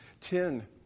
ten